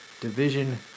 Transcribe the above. Division